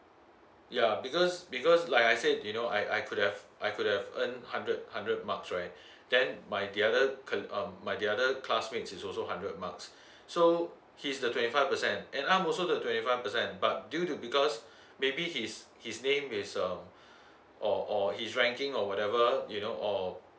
yeah because because like I said you know I I could have I could have earned hundred hundred marks right then my the other col~ um my the other classmates is also hundred marks so he's a twenty five percent and I'm also the twenty five percent but due to because maybe his his name is um or or his ranking or whatever you know or